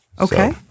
Okay